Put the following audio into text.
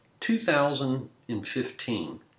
2015